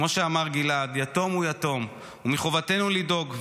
כמו שאמר גלעד: יתום הוא יתום ומחובתנו לדאוג,